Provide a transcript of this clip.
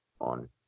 on